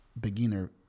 beginner